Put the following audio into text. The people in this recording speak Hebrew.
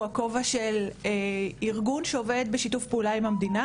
שהוא הכובע של ארגון שעובד בשיתוף פעולה עם המדינה